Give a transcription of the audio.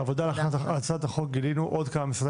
בעבודה על הצעת החוק גילינו עוד כמה משרדי